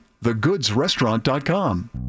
TheGoodsRestaurant.com